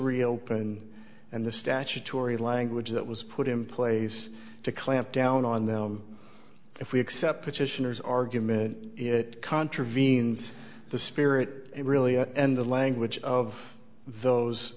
reopen and the statutory language that was put in place to clamp down on them if we accept petitioners argument it contravenes the spirit really and the language of